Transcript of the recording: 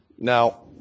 Now